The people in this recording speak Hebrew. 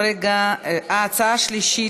ההצעה השלישית,